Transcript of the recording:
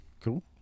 Cool